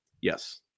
yes